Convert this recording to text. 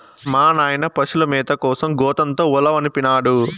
మా నాయన పశుల మేత కోసం గోతంతో ఉలవనిపినాడు